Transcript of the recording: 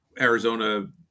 Arizona